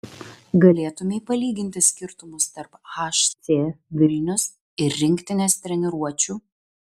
galėtumei palyginti skirtumus tarp hc vilnius ir rinktinės treniruočių